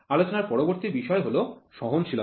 আলোচনার পরবর্তী বিষয় হল সহনশীলতা